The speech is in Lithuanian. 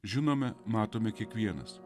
žinome matome kiekvienas